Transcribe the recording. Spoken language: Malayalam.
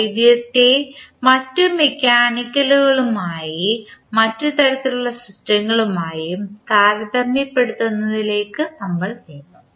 വൈദ്യുതത്തെ മറ്റ് മെക്കാനിക്കലുകളുമായും മറ്റ് തരത്തിലുള്ള സിസ്റ്റങ്ങളുമായും താരതമ്യപ്പെടുത്തുന്നതിലേക്ക് നമ്മൾ നീങ്ങും